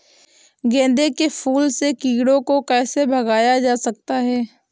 गेंदे के फूल से कीड़ों को कैसे भगाया जा सकता है?